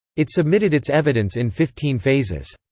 it submitted its evidence in fifteen phases.